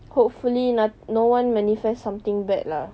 hopefully not no one manifest something bad lah